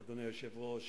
אדוני היושב-ראש,